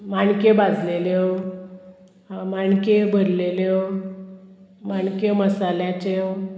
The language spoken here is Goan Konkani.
माणक्यो भाजलेल्यो माणक्यो भरलेल्यो माणक्यो मसाल्याच्यो